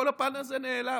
כל הפן הזה נעלם.